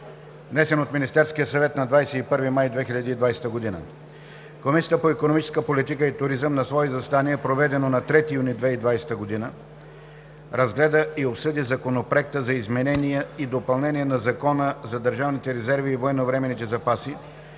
внесен от Министерския съвет на 21 май 2020 г. Комисията по икономическа политика и туризъм на свое заседание, проведено на 3 юни 2020 г., разгледа и обсъди Законопроект за изменение и допълнение на Закона за държавните резерви и военновременните запаси,